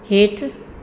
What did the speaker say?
हेठि